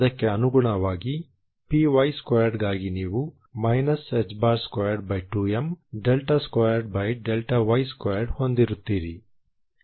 ಅದಕ್ಕೆ ಅನುಗುಣವಾಗಿ py2 ಗಾಗಿ ನೀವು ħ22m2y2 ಹೊಂದಿರುತ್ತೀರಿ